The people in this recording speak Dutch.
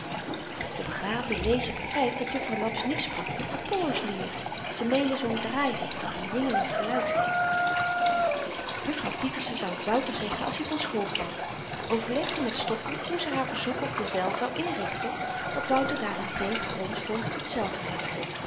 de begaafde lezer begrypt dat jufvrouw laps niet sprak van apollo's lier ze meende zoo'n draaiding dat n jingelend geluid geeft jufvrouw pieterse zou t wouter zeggen als i van school kwam maar overlegde met stoffel hoe ze haar verzoek of bevel zou inrichten dat wouter daarin geen grond vond tot